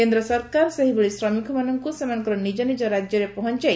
କେନ୍ଦ୍ର ସରକାର ସେହିଭଳି ଶମିକମାନଙ୍କୁ ସେମାନଙ୍କର ନିଜ ନିଜ ରାଜ୍ୟରେ ପହଞ୍ଚାଇ